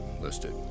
listed